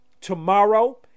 tomorrow